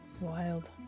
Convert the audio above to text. wild